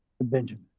Benjamin